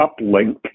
uplink